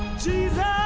jesus!